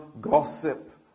gossip